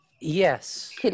Yes